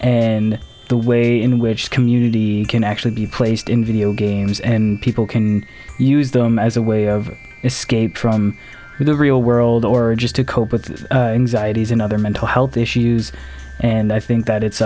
and the way in which community can actually be placed in video games and people can use them as a way of escape from the real world or just to cope with another mental health issues and i think that it's